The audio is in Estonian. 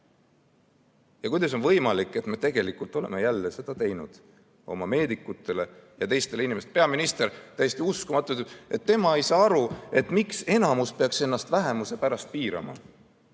Kuidas on võimalik, et me tegelikult oleme jälle seda oma meedikutele ja teistele inimestele teinud? Peaminister, täiesti uskumatu, ütleb, et tema ei saa aru, miks enamus peaks ennast vähemuse pärast piirama.